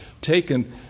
taken